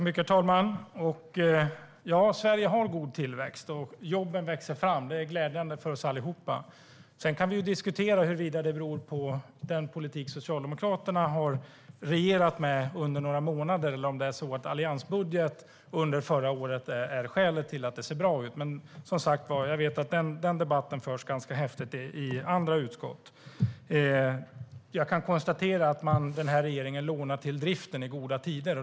Herr talman! Sverige har god tillväxt, och jobben växer fram. Det är glädjande för oss allihop. Sedan kan vi diskutera huruvida det beror på den politik som Socialdemokraterna har regerat med under några månader, eller om det är så att alliansbudgeten under förra året är skälet till att det ser bra ut. Jag vet som sagt att den debatten förs ganska häftigt i andra utskott. Jag kan konstatera att den här regeringen lånar till driften i goda tider.